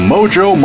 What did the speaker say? Mojo